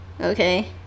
okay